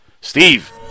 Steve